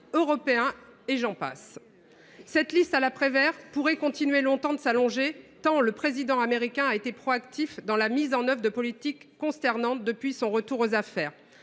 se pourrait que cette liste à la Prévert continue longtemps de s’allonger, tant le président américain a été proactif dans la mise en œuvre de politiques consternantes depuis son retour aux affaires.